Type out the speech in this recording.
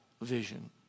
vision